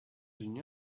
une